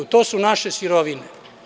To su naše sirovine.